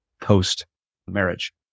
post-marriage